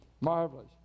Marvelous